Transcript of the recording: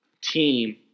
team